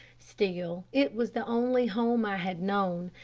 still it was the only home i had known,